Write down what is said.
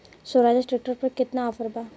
Swaraj tractor पर केतना offer बा?